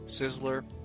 Sizzler